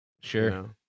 Sure